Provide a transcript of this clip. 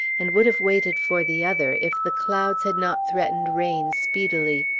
and would have waited for the other, if the clouds had not threatened rain speedily.